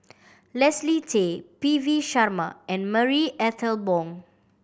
Leslie Tay P V Sharma and Marie Ethel Bong